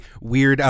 weird